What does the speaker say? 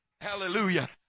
Hallelujah